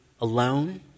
alone